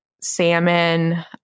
salmon